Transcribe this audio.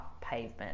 pavement